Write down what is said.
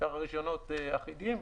שאר הרישיונות אחידים.